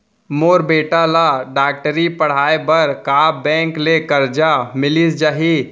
मोर बेटा ल डॉक्टरी पढ़ाये बर का बैंक ले करजा मिलिस जाही?